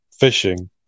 fishing